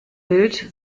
bild